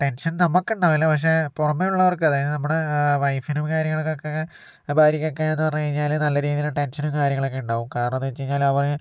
tension നമ്മക്കൊണ്ടാവൂല്ല പക്ഷെ പുറമെ ഉള്ളവർക്കതേ നമ്മുടെ വൈഫിനും കാര്യങ്ങൾക്കൊക്കെ ഭാര്യക്കൊക്കേന്ന് പറഞ്ഞ് കഴിഞ്ഞാല് നല്ല രീതില് ടെൻഷനും കാര്യങ്ങളൊക്കെ ഉണ്ടാകും കാരണന്ന് വച്ച് കഴിഞ്ഞാല് അവര്